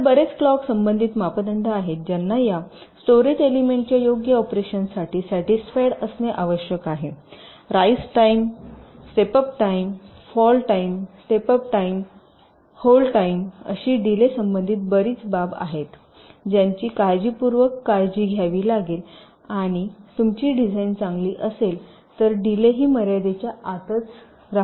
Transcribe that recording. इतर बरेच क्लॉक संबंधित मापदंड आहेत ज्यांना या स्टोरेज एलिमेंटच्या योग्य ऑपरेशनसाठी सॅटिसफाईड असणे आवश्यक आहे rise time step up time fall time step up time hold time अशी डीले संबंधित बरीच बाब आहेत ज्यांची काळजीपूर्वक काळजी घ्यावी लागेल आणि तुमची डिसाईन चांगली असेल तर ते डीलेही मर्यादेच्या आतच राहतील